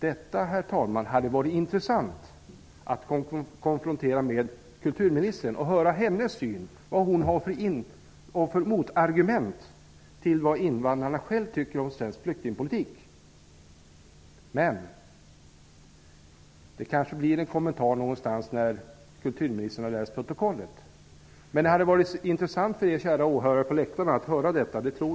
Det hade varit intressant att konfrontera kulturministern och höra hennes åsikter och motargument med vad invandrarna själva tycker om den svenska flyktingpolitiken. Det kanske blir en kommentar när kulturministern har läst protokollet, men jag tror att det hade varit intressant för de kära åhörarna på läktaren att höra detta.